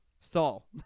Saul